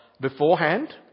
beforehand